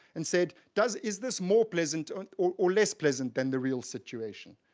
and said, does is this more pleasant or or or less pleasant than the real situation.